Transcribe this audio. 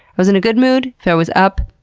i was in a good mood. if i was up,